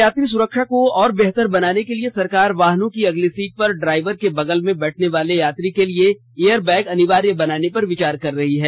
यात्री सुरक्षा को और बेहतर बनाने के लिए सरकार वाहनों की अगली सीट पर ड्राइवर के बगल में बैठने वाले यात्री के लिए एयरबैग अनिवार्य बनाने पर विचार कर रही है